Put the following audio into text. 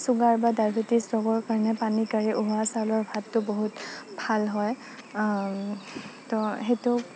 sugar বা diabetes ৰোগৰ কাৰণে পানী কাঢ়ি উহোৱা চাউলৰ ভাতটো বহুত ভাল হয় তো সেইটো